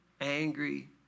angry